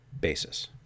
basis